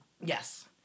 yes